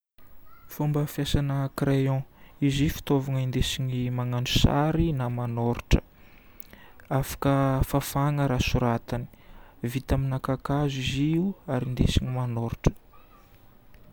Fomba fiasana crayon. Izy io fitaovagna indesigna magnano sary na manoratra. Afaka fafana raha soratana. Vita amina kakazo izy io ary indesigna manoratra.